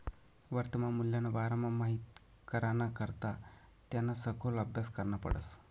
वर्तमान मूल्यना बारामा माहित कराना करता त्याना सखोल आभ्यास करना पडस